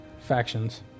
factions